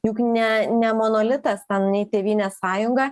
juk ne ne monolitas nei tėvynės sąjunga